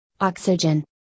oxygen